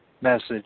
message